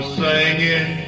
singing